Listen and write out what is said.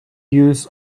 use